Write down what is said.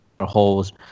holes